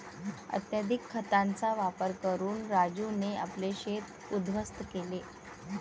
अत्यधिक खतांचा वापर करून राजूने आपले शेत उध्वस्त केले